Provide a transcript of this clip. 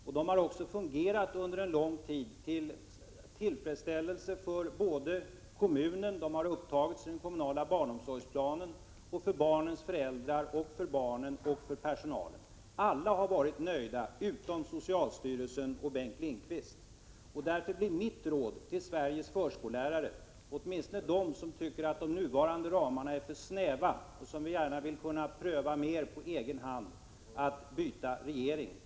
Verksamheten — som har upptagits i den kommunala barnomsorgsplanen — har också under lång tid fungerat tillfredsställande både för kommunen och för barnens föräldrar, barnen och personalen. Alla har varit nöjda utom socialstyrelsen och Bengt Lindqvist. Därför blir mitt råd till Sveriges förskollärare, åtminstone till dem som tycker att de nuvarande ramarna är för snäva och som gärna vill pröva mer på egen hand, att byta regering.